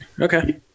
Okay